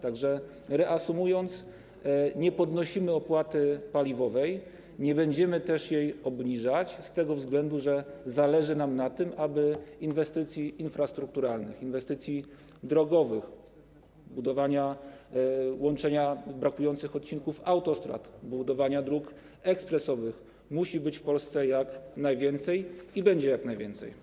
Tak że reasumując, nie podnosimy opłaty paliwowej, nie będziemy też jej obniżać z tego względu, że zależy nam na tym, aby inwestycji infrastrukturalnych, inwestycji drogowych, budowania, łączenia brakujących odcinków autostrad, budowania dróg ekspresowych było w Polsce jak najwięcej, i będzie jak najwięcej.